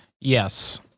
Yes